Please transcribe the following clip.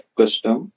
custom